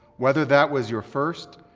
whether that was your first,